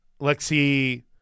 Lexi